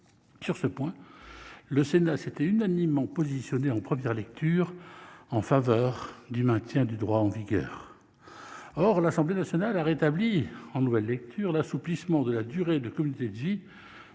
Sur ce point, le Sénat s'était unanimement positionné, en première lecture, en faveur du maintien du droit en vigueur. Or l'Assemblée nationale a rétabli, en nouvelle lecture, l'assouplissement de la durée de la communauté de vie,